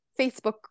Facebook